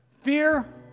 Fear